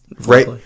Right